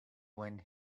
when